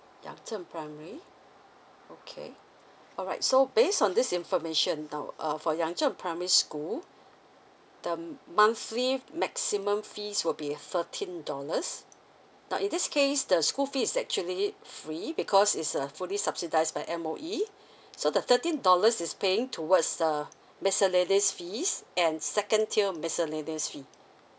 yangzheng primary okay alright so based on this information though uh for yangzheng primary school the monthly maximum fees will be thirteen dollars but in this case the school fees is actually free because is a fully subsidized by M_O_E so the thirteen dollars is paying towards uh miscellaneous fees and second tier miscellaneous fee